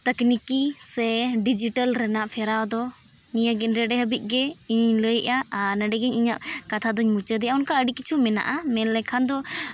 ᱛᱟᱠᱱᱤᱠᱤ ᱥᱮ ᱰᱤᱡᱤᱴᱮᱞ ᱨᱮᱱᱟᱜ ᱯᱷᱮᱨᱟᱣ ᱫᱚ ᱱᱤᱭᱟᱹᱜᱮ ᱱᱚᱰᱮ ᱫᱷᱟᱹᱵᱤᱡ ᱜᱮ ᱤᱧ ᱞᱟᱹᱭ ᱮᱜᱼᱟ ᱟᱨ ᱱᱚᱰᱮ ᱜᱮ ᱤᱧᱟᱹᱜ ᱠᱟᱛᱷᱟ ᱫᱚᱧ ᱢᱩᱪᱟᱹᱫᱮᱜᱼᱟ ᱚᱱᱠᱟ ᱟᱹᱰᱤ ᱠᱤᱪᱷᱩ ᱢᱮᱱᱟᱜᱼᱟ ᱢᱮᱱ ᱞᱮᱠᱷᱟᱱ ᱫᱚ